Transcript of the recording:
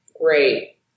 great